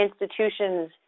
institutions